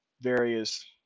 various